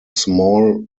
small